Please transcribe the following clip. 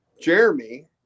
Jeremy